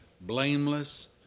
blameless